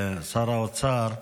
האוצר,